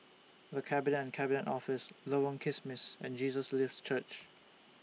The Cabinet and Cabinet Office Lorong Kismis and Jesus Lives Church